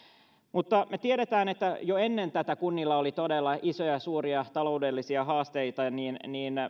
mutta me tiedämme että jo ennen tätä kunnilla oli todella isoja suuria taloudellisia haasteita